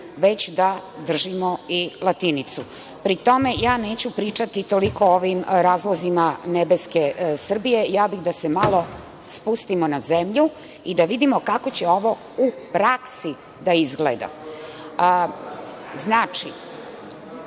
već da držimo i latinicu. Pri tome, ja neću pričati toliko o ovim razlozima nebeske Srbije, već bih da se malo spustimo na zemlju i da vidimo kako će ovo u praksi da izgleda. Znači,